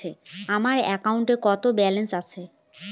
আমার অ্যাকাউন্টে কত ব্যালেন্স আছে?